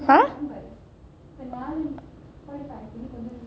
!huh!